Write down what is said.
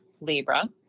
Libra